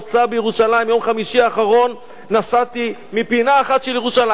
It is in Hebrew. ביום חמישי האחרון נסעתי מפינה אחת של ירושלים לפינה השנייה.